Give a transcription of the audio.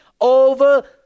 over